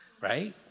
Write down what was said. right